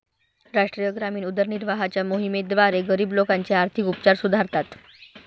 राष्ट्रीय ग्रामीण उदरनिर्वाहाच्या मोहिमेद्वारे, गरीब लोकांचे आर्थिक उपचार सुधारतात